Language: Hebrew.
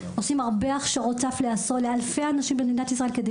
עושים הרבה הכשרות סף לאלפי אנשים במדינת ישראל כדי